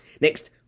Next